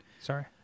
Sorry